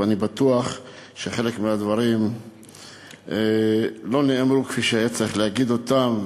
ואני בטוח שחלק מהדברים לא נאמרו כפי שהיה צריך להגיד אותם.